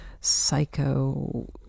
psycho